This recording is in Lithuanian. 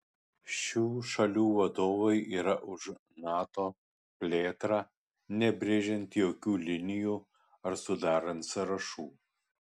šių šalių vadovai yra už nato plėtrą nebrėžiant jokių linijų ar sudarant sąrašų